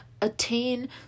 attain